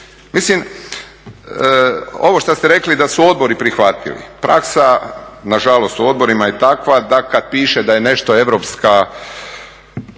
Mislim, ovo što ste rekli da su odbori prihvatili, praksa nažalost u odborima je takva da kad piše da je nešto Europska